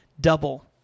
double